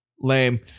lame